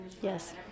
Yes